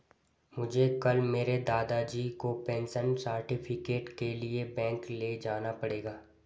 मुझे कल मेरे दादाजी को पेंशन सर्टिफिकेट के लिए बैंक ले जाना पड़ेगा